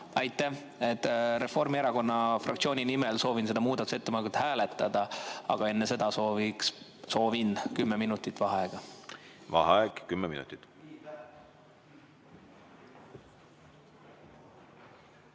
Aitäh! Reformierakonna fraktsiooni nimel soovin seda muudatusettepanekut hääletada, aga enne seda soovin kümme minutit vaheaega. Vaheaeg kümme minutit.V